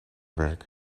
werk